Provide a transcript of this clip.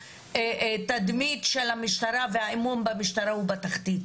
שהתדמית של המשטרה והאמון במשטרה הוא בתחתית.